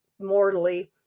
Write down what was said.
mortally